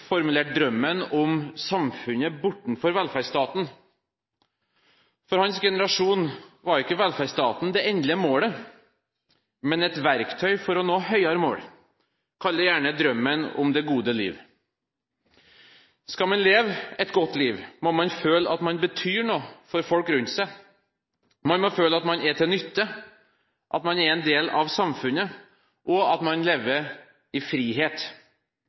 formulerte drømmen om samfunnet bortenfor velferdsstaten. For hans generasjon var ikke velferdsstaten det endelige målet, men et verktøy for å nå høyere mål – kall det gjerne drømmen om det gode liv. Skal man leve et godt liv, må man føle at man betyr noe for folk rundt seg, man må føle at man er til nytte, at man er en del av samfunnet, og at man lever i frihet.